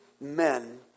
men